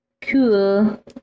Cool